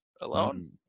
Alone